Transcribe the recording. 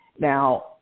Now